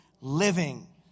living